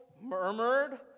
murmured